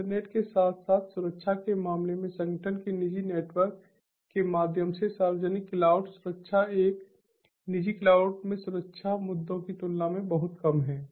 internet के साथ साथ सुरक्षा के मामले में संगठन के निजी नेटवर्क के माध्यम से सार्वजनिक क्लाउड सुरक्षा एक निजी क्लाउड में सुरक्षा मुद्दों की तुलना में बहुत कम है